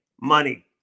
money